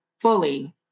fully